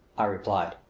i replied.